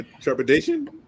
Trepidation